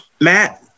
Matt